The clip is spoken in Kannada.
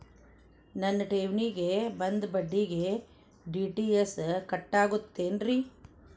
ನನ್ನ ಠೇವಣಿಗೆ ಬಂದ ಬಡ್ಡಿಗೆ ಟಿ.ಡಿ.ಎಸ್ ಕಟ್ಟಾಗುತ್ತೇನ್ರೇ?